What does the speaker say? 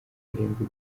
karindwi